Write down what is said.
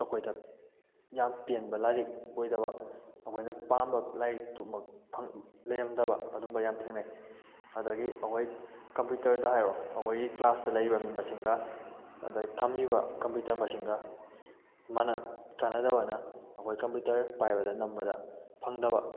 ꯑꯩꯈꯣꯏꯗ ꯌꯥꯝ ꯄꯦꯟꯕ ꯂꯥꯏꯔꯤꯛ ꯑꯣꯏꯗꯕ ꯑꯩꯈꯣꯏꯅ ꯄꯥꯝꯕ ꯂꯥꯏꯔꯤꯛꯇꯨꯃꯛ ꯂꯩꯔꯝꯗꯕ ꯑꯗꯨꯒꯨꯝꯕ ꯌꯥꯝ ꯊꯦꯡꯅꯩ ꯑꯗꯒꯤ ꯑꯩꯈꯣꯏ ꯀꯝꯄ꯭ꯌꯨꯇꯔꯗ ꯍꯥꯏꯔꯣ ꯑꯩꯈꯣꯏꯒꯤ ꯀ꯭ꯂꯥꯁꯇ ꯂꯩꯔꯤꯕ ꯃꯤ ꯃꯁꯤꯡꯒ ꯑꯗꯩ ꯊꯝꯂꯤꯕ ꯀꯝꯄ꯭ꯌꯨꯇꯔ ꯃꯁꯤꯡꯒ ꯆꯥꯟꯅꯗꯕꯅ ꯑꯩꯈꯣꯏ ꯀꯝꯄ꯭ꯌꯨꯇꯔ ꯄꯥꯏꯕꯗ ꯅꯝꯕꯗ ꯐꯪꯗꯕ